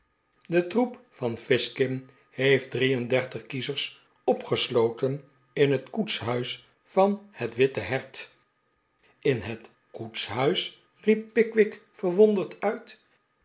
de troep van fizkin heeft drie en dertig kiezers opgesloten in het koetshuis van het witte hert in het koetshuis riep pickwick verwonderd uit